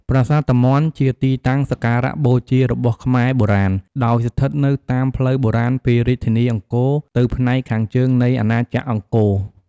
ប្រាសាទតាមាន់ជាទីតាំងសក្ការៈបូជារបស់ខ្មែរបុរាណ ដោយស្ថិតនៅតាមផ្លូវបុរាណពីរាជធានីអង្គរទៅផ្នែកខាងជើងនៃអាណាចក្រអង្គរ។